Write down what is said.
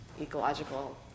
ecological